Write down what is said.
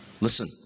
Listen